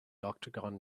octagon